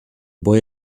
boy